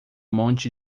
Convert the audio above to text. monte